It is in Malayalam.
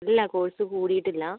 ഇല്ല കോഴ്സ് കൂടിയിട്ടില്ല